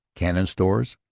cannon, stores,